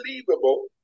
unbelievable